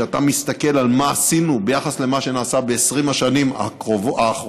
כשאתה מסתכל על מה עשינו ביחס למה שנעשה ב-20 השנים האחרונות,